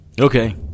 Okay